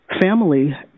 family